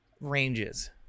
ranges